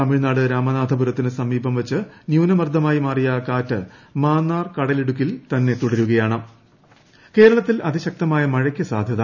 തമിഴ്നാട് രാമനാഥപുരത്തിന് സമീപം വച്ച് ന്യൂനമർദമായി മാറിയ കാറ്റ് മാന്നാർ കടലിടുക്കിൽ തന്നെ തുടരുകയാണ് മഴ കേരളത്തിൽ അതിശക്തമായ പ്ര മഴ്യ്ക്ക് സാധ്യത